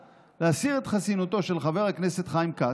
להסיר את חסינותו של חבר הכנסת חיים כץ,